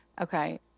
Okay